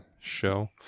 show